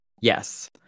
yes